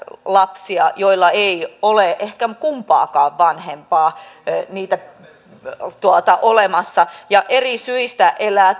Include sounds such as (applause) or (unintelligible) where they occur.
lapsia joilla ei ole ehkä kumpaakaan vanhempaa olemassa ja eri syistä elää (unintelligible)